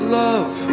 love